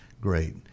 Great